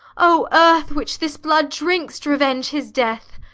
o earth, which this blood drink'st, revenge his death!